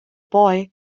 boy